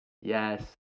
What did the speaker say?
Yes